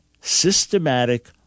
systematic